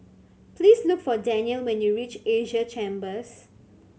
please look for Danyel when you reach Asia Chambers